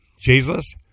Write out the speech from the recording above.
Jesus